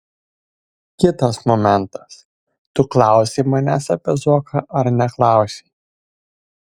kitas momentas tu klausei manęs apie zuoką ar neklausei